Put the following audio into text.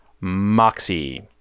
moxie